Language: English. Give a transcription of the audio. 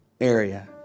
area